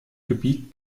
gebiet